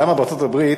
למה בארצות-הברית